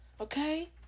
Okay